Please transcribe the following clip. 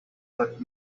that